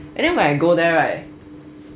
and then when I go there right